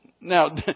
Now